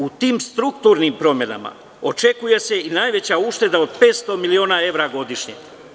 U tim strukturnim promenama očekuje se i najveća ušteda od 500 miliona evra godišnje.